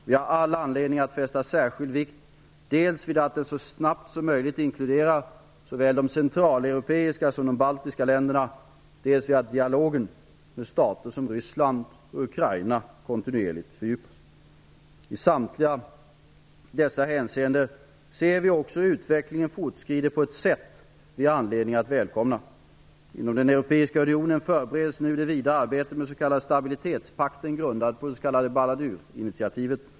Vi har all anledning att fästa särskild vikt dels vid att den så snabbt som möjligt kan inkludera såväl de centraleuropeiska som de baltiska länderna, dels vid att dialogen med stater som Ryssland och Ukraina kontinuerligt fördjupas. I samtliga dessa hänseenden ser vi också hur utvecklingen fortskrider på ett sätt som vi har anledning att välkomna. Inom den europeiska unionen förbereds nu det vidare arbetet med den s.k. stabilitetspakten grundad på det s.k. Balldaurinitiativet.